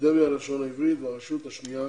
אקדמיה ללשון העברית והרשות השנייה